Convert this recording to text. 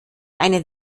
einen